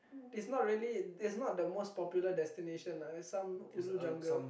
it's not really it's not the most popular destination lah it's some ulu jungle